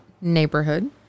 neighborhood